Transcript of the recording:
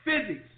physics